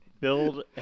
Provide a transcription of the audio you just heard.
Build